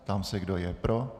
Ptám se, kdo je pro.